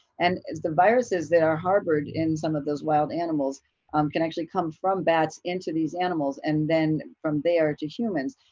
and it's the viruses that are harbored in some of those wild animals um can actually come from bats into these animals and then from there to humans.